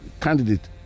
candidate